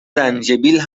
زنجبیل